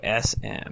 sm